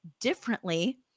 differently